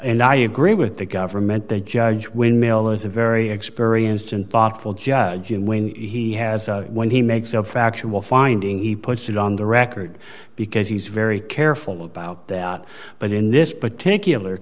and i agree with the government the judge when miller's a very experienced and thoughtful judge and when he has when he makes the factual finding he puts it on the record because he's very careful about that but in this particular